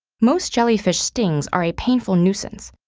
most jellyfish stings are a painful nuisance,